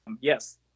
Yes